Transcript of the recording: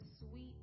sweet